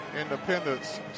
Independence